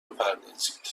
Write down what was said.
بپردازید